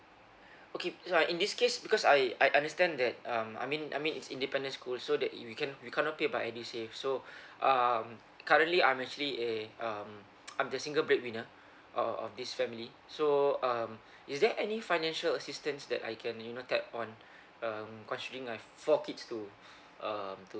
okay yeah in this case because I I understand that um I mean I mean it's independent school so that you can't you cannot pay by edusave so um currently I'm actually a um I'm the single bread winner of of this family so um is there any financial assistance that I can you know tap on um considering I have four kids to um to